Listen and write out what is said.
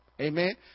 Amen